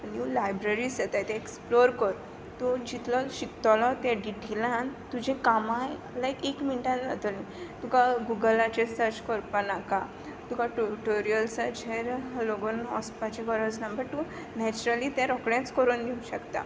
new libraries येताय ते explore कर तूं जितलो शिकतोलो तें डिटेलान तुजे कामांय लायक एक मिण्टान आतोलीं तुका गुगलाचेर सच करपा नाका तुका टुटोरियल्साचेर लागून ओसपाची गरज ना बट तूं नॅचरली तें रोकडेंच करून दिवं शकता